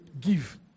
give